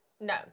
No